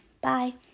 Bye